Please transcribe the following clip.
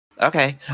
Okay